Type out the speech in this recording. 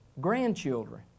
grandchildren